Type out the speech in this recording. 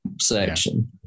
section